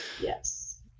Yes